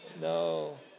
No